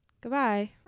Goodbye